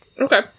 Okay